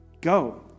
go